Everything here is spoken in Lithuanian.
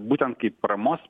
būtent kaip paramos